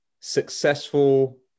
successful